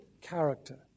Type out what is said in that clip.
character